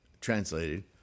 translated